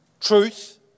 truth